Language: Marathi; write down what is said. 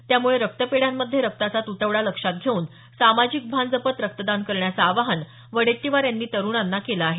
त्यामुळे रक्तपेढ्यांमध्ये रक्ताचा तुटवडा लक्षात घेऊन सामाजिक भान जपत रक्तदान करण्याचं आवाहन वडेट्टीवार यांनी तरुणांना केलं आहे